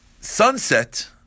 sunset